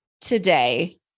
today